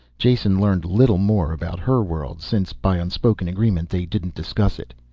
jason learned little more about her world since, by unspoken agreement, they didn't discuss it.